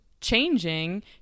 changing